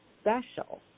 special